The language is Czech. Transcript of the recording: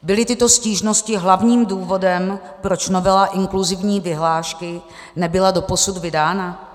Byly tyto stížnosti hlavním důvodem, proč novela inkluzivní vyhlášky nebyla doposud vydána?